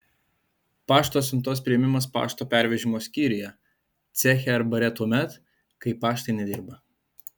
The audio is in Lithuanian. pašto siuntos priėmimas pašto pervežimo skyriuje ceche ar bare tuomet kai paštai nedirba